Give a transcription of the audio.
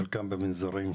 חלקם במנזרים,